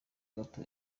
gato